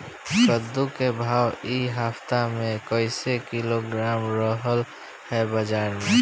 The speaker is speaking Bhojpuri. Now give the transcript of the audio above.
कद्दू के भाव इ हफ्ता मे कइसे किलोग्राम रहल ह बाज़ार मे?